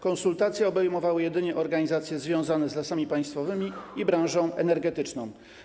Konsultacje obejmowały jedynie organizacje związane z Lasami Państwowymi i branżą energetyczną.